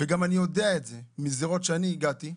אני גם יודע את זה מזירות שאני הגעתי אליהן.